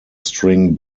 string